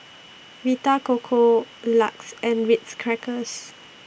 Vita Coco LUX and Ritz Crackers